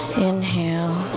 Inhale